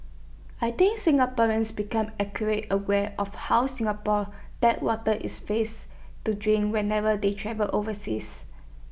I think Singaporeans become acute aware of how Singapore's tap water is face to drink whenever they travel overseas